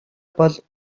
бол